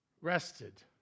rested